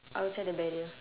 outside the barrier